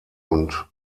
und